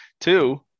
Two